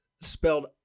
spelled